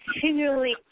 continually